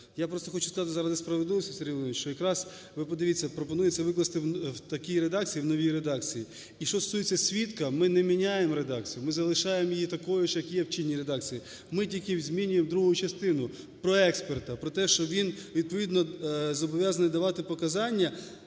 Я просто хочу сказати, зараз несправедливість, Сергій Володимирович, що якраз ви подивіться, пропонується викласти в такій редакції, в новій редакції, і що стосується свідка ми не міняємо редакцію, ми залишаємо її такою, що як є в чинній редакції. Ми тільки змінюємо другу частину про експерта про те, що він відповідно зобов'язаний давати показання